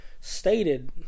stated